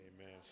Amen